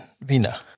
Vina